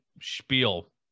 spiel